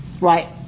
right